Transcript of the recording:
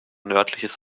nördliches